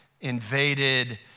invaded